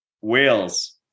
Wales